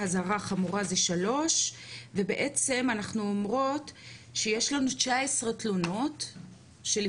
אזהרה חמורה זה 3 ובעצם אנחנו אומרות שיש לנו 19 תלונות שלפי